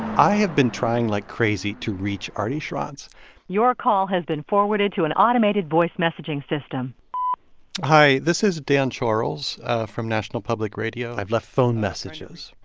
i have been trying like crazy to reach arty schronce your call has been forwarded to an automated voice messaging system hi. this is dan charles from national public radio i've left phone messages.